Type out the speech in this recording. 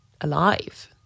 alive